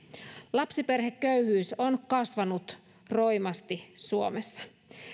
lapsiperheköyhyys on kasvanut roimasti suomessa